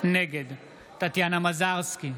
נגד טטיאנה מזרסקי,